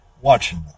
watching